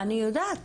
אני יודעת.